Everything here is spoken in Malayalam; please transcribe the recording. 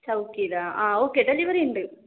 ചൗക്കിലാ ആ ഓക്കേ ഡെലിവെറിയുണ്ട്